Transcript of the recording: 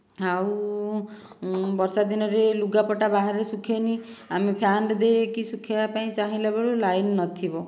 ଆଉ ବର୍ଷା ଦିନରେ ଲୁଗାପଟା ବାହାରେ ଶୁଖେନି ଆମେ ଫ୍ୟାନ୍ ଦେଇକି ସୁଖାଇବା ପାଇଁ ଚାହିଁଲା ବେଳକୁ ଲାଇନ୍ ନଥିବ